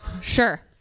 sure